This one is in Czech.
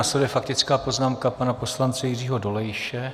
Následuje faktická poznámka pana poslance Jiřího Dolejše.